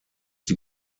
die